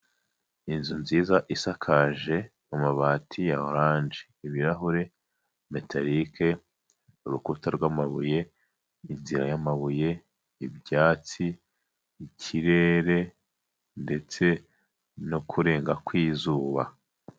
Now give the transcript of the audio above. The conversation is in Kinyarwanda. Inzu nziza isakaje amabati ya oranje, ibirahure, metarike, urukuta rw'amabuye, inzira y'amabuye, ibyatsi, ikirere ndetse no kurenga kw'izuba.